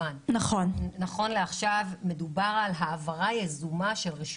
זאת אומרת --- בסוף מדובר באנשים שהם ה-top level של המדינה.